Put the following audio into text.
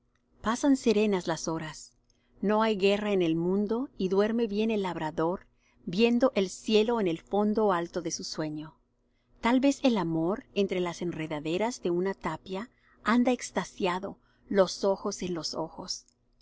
pasan serenas las horas no hay guerra en el mundo y duerme bien el labrador viendo el cielo en el fondo alto de su sueño tal vez el amor entre las enredaderas de una tapia anda extasiado los ojos en los ojos